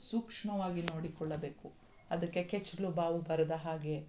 ಸೂಕ್ಷ್ಮವಾಗಿ ನೋಡಿಕೊಳ್ಳಬೇಕು ಅದಕ್ಕೆ ಕೆಚ್ಚಲು ಬಾವು ಬರದ ಹಾಗೆ